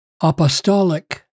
apostolic